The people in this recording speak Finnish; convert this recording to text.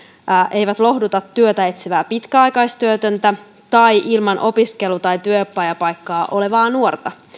eivät nimittäin lohduta työtä etsivää pitkäaikaistyötöntä tai ilman opiskelu tai työpajapaikkaa olevaa nuorta